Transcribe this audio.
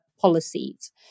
policies